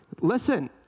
Listen